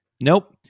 nope